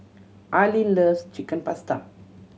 Arlene loves Chicken Pasta